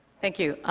thank you.